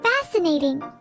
fascinating